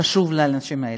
חשוב לאנשים האלה.